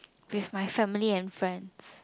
with my family and friends